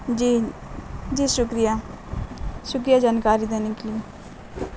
جی جی شکریہ شکریہ جانکاری دینے کے لیے